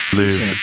live